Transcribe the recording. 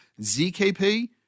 ZKP